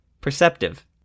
Perceptive